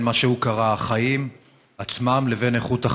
בין מה שהוא קרא החיים עצמם לבין איכות החיים.